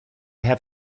have